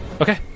okay